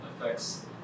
affects